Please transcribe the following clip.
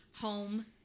home